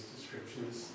descriptions